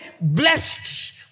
blessed